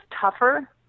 tougher